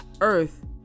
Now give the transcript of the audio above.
earth